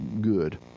good